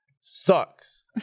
sucks